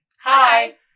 Hi